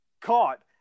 caught